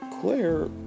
Claire